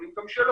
יכולים גם שלא,